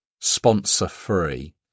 sponsor-free